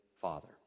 Father